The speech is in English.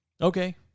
Okay